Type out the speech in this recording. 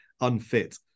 unfit